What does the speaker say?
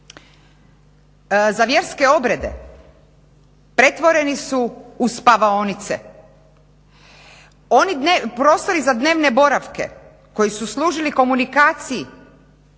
za vjerske obrede pretvoreni su u spavaonice. Oni prostori za dnevne boravke koji su služili komunikaciji